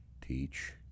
teach